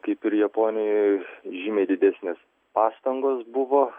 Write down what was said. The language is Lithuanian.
kaip ir japonijoj žymiai didesnės pastangos buvo